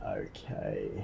Okay